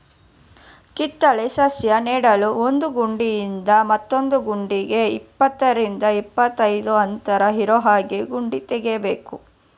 ಕಿತ್ತಳೆ ಸಸ್ಯ ನೆಡಲು ಒಂದು ಗುಂಡಿಯಿಂದ ಮತ್ತೊಂದು ಗುಂಡಿಗೆ ಇಪ್ಪತ್ತರಿಂದ ಇಪ್ಪತ್ತೈದು ಅಂತರ ಇರೋಹಾಗೆ ಗುಂಡಿ ತೆಗಿಬೇಕು